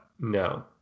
no